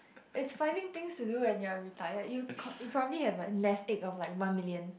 it's finding things to do when you're retired you con~ you probably have a nest egg of like one million